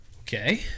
Okay